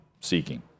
seeking